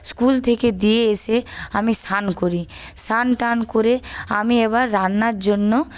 school থেকে দিয়ে এসে আমি স্নান করি স্নান টান করে আমি এবার রান্নার জন্য